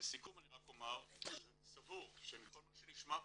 לסיכום רק אומר שאני סבור שמכל מה שנשמע פה,